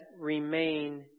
remain